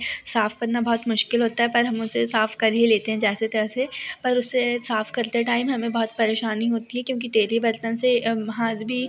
साफ़ करना बहुत मुश्किल होता है पर हम उसे साफ़ कर ही लेते हैं जैसे तैसे पर उसे साफ़ करते टाइम हमें बहुत परेशानी होती है क्योंकि तेलीय बर्तन से हाथ भी